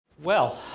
well,